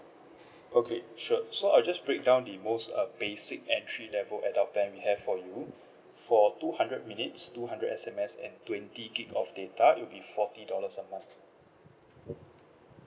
okay sure so I'll just put down the most uh basic entry level adult plan we have for you for two hundred minutes two hundred S_M_S and twenty gig of data it'll be forty dollars a month